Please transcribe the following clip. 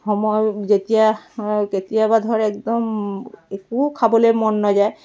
সময় যেতিয়া কেতিয়াবা ধৰ একদম একো খাবলৈ মন নাযায়